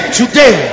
today